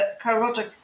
carotid